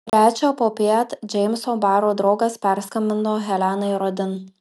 trečią popiet džeimso baro draugas perskambino helenai rodin